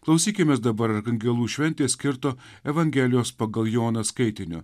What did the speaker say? klausykimės dabar arkangelų šventei skirto evangelijos pagal joną skaitinio